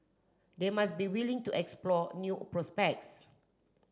they must be willing to explore new prospects